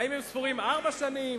האם הם ספורים ארבע שנים?